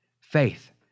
Faith